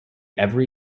every